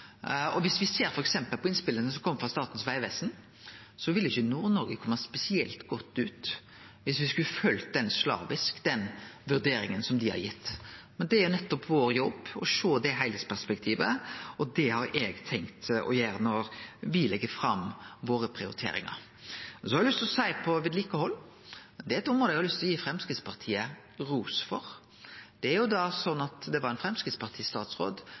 ser på innspela frå Statens vegvesen, ville ikkje Nord-Noreg kome spesielt godt ut, dersom me skulle følgt slavisk den vurderinga som dei har gitt. Det er vår jobb å ha det heilskapsperspektivet, og det har eg tenkt å gjere når me legg fram våre prioriteringar. Så har eg lyst til å seie at når det gjeld vedlikehald, er det eit område eg har lyst til å gi Framstegspartiet ros for. Det var ein Framstegsparti-statsråd som tok grep for å snu den utviklinga, og det